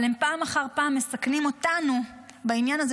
אבל פעם אחר פעם הם מסכנים אותנו בעניין הזה